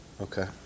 Okay